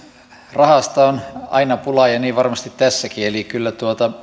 rahasta on aina pula ja niin varmasti tässäkin eli